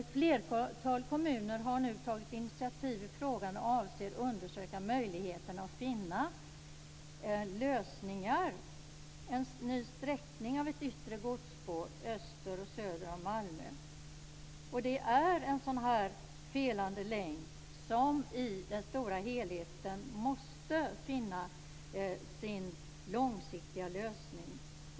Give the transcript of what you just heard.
Ett flertal kommuner har nu tagit initiativ i frågan och avser att undersöka möjligheterna att finna lösningar, en ny sträckning av ett yttre godsspår öster och söder om Malmö. Detta är en felande länk som i den stora helheten måste finna sin långsiktiga lösning.